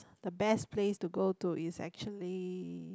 the best place to go to is actually